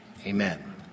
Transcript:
amen